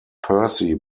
percy